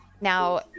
now